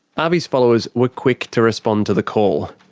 ah avi's followers were quick to respond to the call.